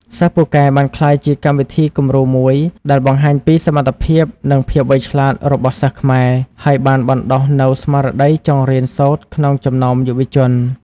សិស្សពូកែ បានក្លាយជាកម្មវិធីគំរូមួយដែលបង្ហាញពីសមត្ថភាព និងភាពវៃឆ្លាតរបស់សិស្សខ្មែរ ហើយបានបណ្ដុះនូវស្មារតីចង់រៀនសូត្រក្នុងចំណោមយុវជន។